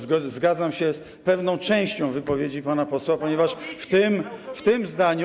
Zgadzam się z pewną częścią wypowiedzi pana posła, ponieważ w tym zdaniu.